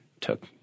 took